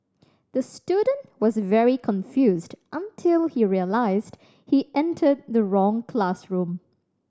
the student was very confused until he realised he entered the wrong classroom